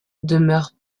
demeure